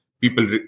people